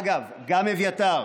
אגב גם אביתר.